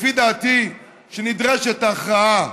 לפי דעתי, שנדרשת הכרעה,